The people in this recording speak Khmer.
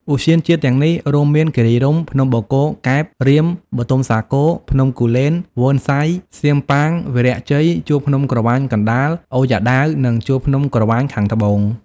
ឧទ្យានជាតិទាំងនេះរួមមាន គិរីរម្យ ភ្នំបូកគោ កែប រាម បុទុមសាគរ ភ្នំគូលែន វ៉ឺនសៃ សៀមប៉ាង វីរៈជ័យ ជួរភ្នំក្រវាញកណ្តាល អូយ៉ាដាវ និងជួរភ្នំក្រវាញខាងត្បូង។